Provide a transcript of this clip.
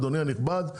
אדוני הנכבד,